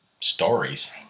Stories